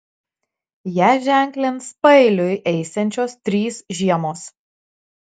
ją ženklins paeiliui eisiančios trys žiemos